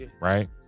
Right